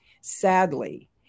sadly